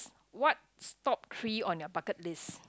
what's top three on your bucket list